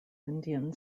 indian